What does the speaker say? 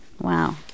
wow